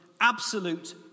absolute